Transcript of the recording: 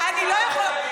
אני חושבת,